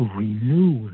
renew